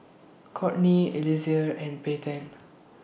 Kourtney Eliezer and Payten